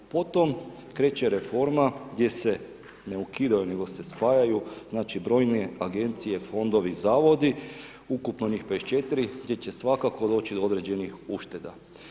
Potom kreće reforma, gdje se ne ukidaju, nego se spajaju brojne agencije, fondovi, zavodi, ukupno njih 54 gdje će svakako doći do određenih ušteda.